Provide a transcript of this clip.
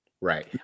Right